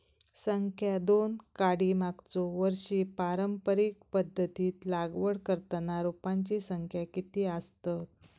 संख्या दोन काडी मागचो वर्षी पारंपरिक पध्दतीत लागवड करताना रोपांची संख्या किती आसतत?